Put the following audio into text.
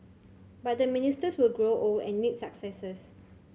but the ministers will grow old and need successors